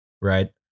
Right